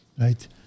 right